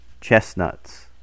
chestnuts